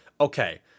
okay